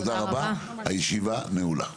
תודה רבה, הישיבה נעולה.